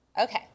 Okay